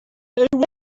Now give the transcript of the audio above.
get